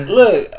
look